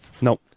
No